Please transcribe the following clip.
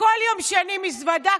בכל יום שני מזוודה קלה,